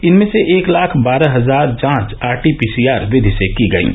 इनमें से एक लाख बारह हजार जांच आरटीपीसीआर विधि से की गयीं